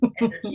Energy